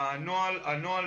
הנוהל